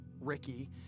Ricky